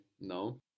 no